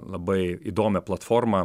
labai įdomią platformą